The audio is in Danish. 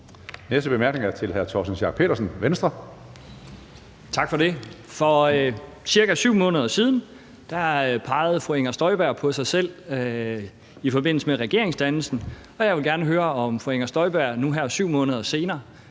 Pedersen, Venstre. Kl. 15:15 Torsten Schack Pedersen (V): Tak for det. For ca. 7 måneder siden pegede fru Inger Støjberg på sig selv i forbindelse med regeringsdannelsen, og jeg vil gerne høre, om fru Inger Støjberg nu her 7 måneder senere